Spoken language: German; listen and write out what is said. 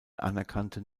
anerkannte